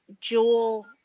jewel